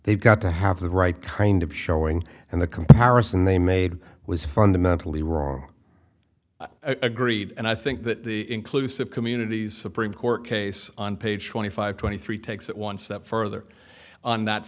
they've got to have the right kind of showing and the comparison they made was fundamentally wrong agreed and i think that the inclusive communities supreme court case on page twenty five twenty three takes it one step further on that